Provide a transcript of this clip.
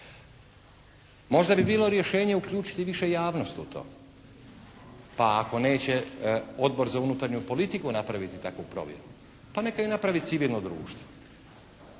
Možda bi bilo rješenje uključiti više javnost u to. Pa ako neće Odbor za unutarnju politiku napraviti takvu provjeru, pa neka je napravi civilno društvo.